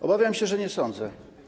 Obawiam się, że nie sądzę.